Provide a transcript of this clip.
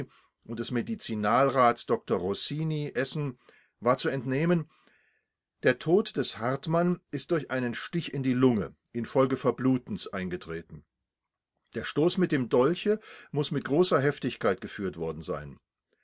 und des medizinalrats dr rossini essen war zu entnehmen der tod des hartmann ist durch einen stich in die lunge infolge verblutens eingetreten der stoß mit dem dolche muß mit großer heftigkeit geführt worden sein